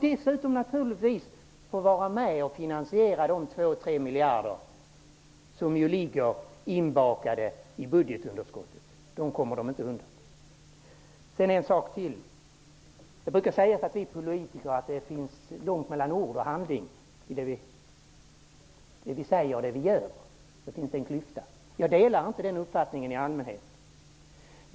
De kommer naturligtvis också att få vara med och finansiera de två tre miljarder som ligger inbakade i budgetunderskottet. Det kommer de inte undan. Det brukar sägas om oss politiker att vi har långt mellan ord och handling, dvs mellan det vi säger och det vi gör. Jag delar inte den uppfattningen i allmänhet.